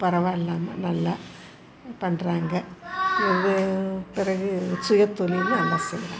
பரவாயில்லாமல் நல்லா பண்ணுறாங்க இது பிறகு சுயத்தொழிலும் நல்லா செய்கிறாங்க